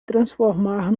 transformar